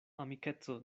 amikeco